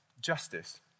justice